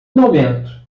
momento